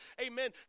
amen